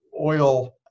oil